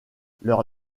leur